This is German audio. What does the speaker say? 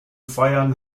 feiern